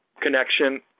connection